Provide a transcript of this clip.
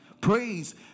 Praise